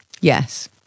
Yes